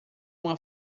uma